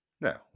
no